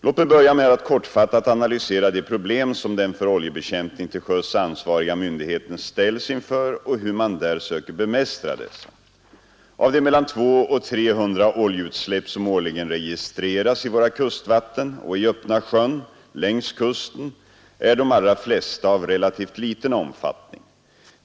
Låt mig börja med att kortfattat analysera de problem som den för oljebekämpning till sjöss ansvariga myndigheten ställs inför och hur man där söker bemästra dessa. Av de mellan 200 och 300 oljeutsläpp som årligen registreras i våra kustvatten och i öppna sjön längs kusten är de allra flesta av relativt liten omfattning.